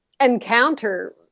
encounter